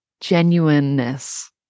genuineness